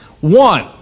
One